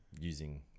Using